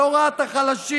שלא רואה את החלשים,